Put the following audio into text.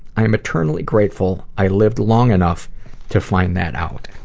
i am eternally grateful i lived long enough to find that out.